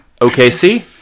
OKC